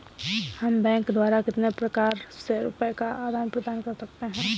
हम बैंक द्वारा कितने प्रकार से रुपये का आदान प्रदान कर सकते हैं?